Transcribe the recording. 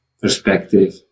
perspective